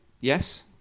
Yes